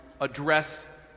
address